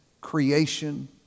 creation